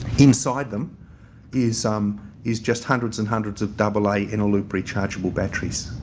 inside them is um is just hundreds and hundreds of double a inter loop rechargeable batteries,